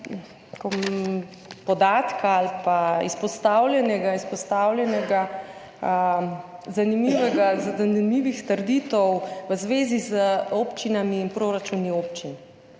podatka ali pa izpostavljenih oziroma zanimivih trditev v zvezi z občinami in proračuni občin.